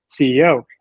CEO